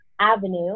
avenue